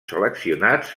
seleccionats